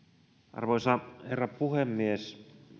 arvoisa herra puhemies